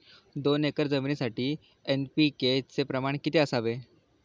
दोन एकर जमीनीसाठी एन.पी.के चे प्रमाण किती असावे?